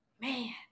man